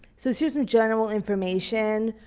so so here's some general information.